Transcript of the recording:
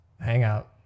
hangout